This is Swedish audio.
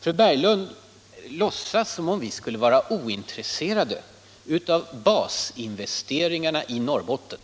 Fru Berglund låtsas som om vi skulle vara ointresserade av basinvesteringarna i Norrbotten.